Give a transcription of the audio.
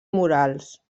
murals